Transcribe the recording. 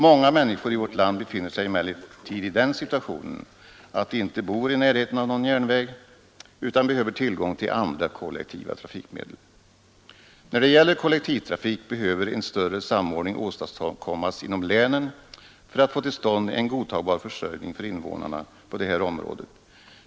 Många människor i vårt land befinner sig dock i den situationen att de inte bor i närheten av någon järnväg, och de behöver därför tillgång till andra kollektiva trafikmedel. Beträffande den kollektiva trafiken behöver en bättre samordning åstadkommas inom länen för att få till stånd en godtagbar försörjning för invånarna på det här området.